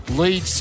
lead